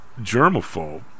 germaphobe